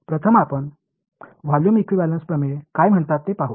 तर प्रथम आपण व्हॉल्यूम इक्विव्हॅलेंस प्रमेय काय म्हणतात ते पाहू